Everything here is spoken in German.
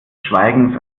schweigens